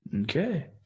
Okay